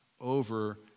over